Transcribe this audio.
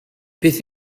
beth